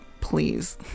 please